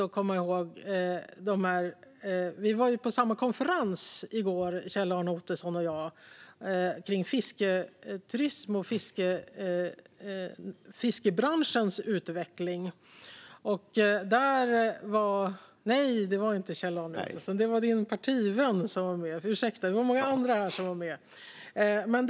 En partivän till Kjell-Arne Ottosson och jag var, liksom många andra här, på en konferens om fisketurism och fiskebranschens utveckling.